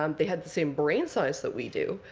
um they had the same brain size that we do.